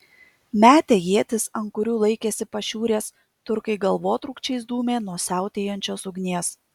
metę ietis ant kurių laikėsi pašiūrės turkai galvotrūkčiais dūmė nuo siautėjančios ugnies